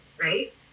right